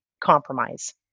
compromise